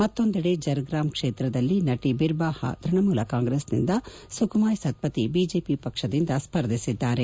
ಮತ್ತೊಂದೆಡೆ ಜರ್ ಗ್ರಾಮ್ ಕ್ಷೇತ್ರದಲ್ಲಿ ನಟಿ ಬಿರ್ಬಾಹಾ ತೃಣಮೂಲ ಕಾಂಗ್ರೆಸ್ನಿಂದ ಸುಖಮಾಯ್ ಸತ್ವತಿ ಬಿಜೆಪಿ ಪಕ್ಷದಿಂದ ಸ್ಪರ್ಧಿಸಿದ್ದಾರೆ